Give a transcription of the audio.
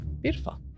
Beautiful